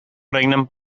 regnen